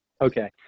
okay